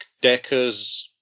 Decker's